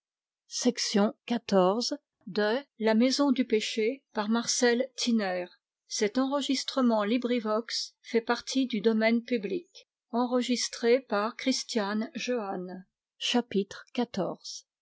à la maison du